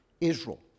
Israel